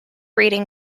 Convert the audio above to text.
reading